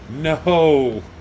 No